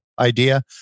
idea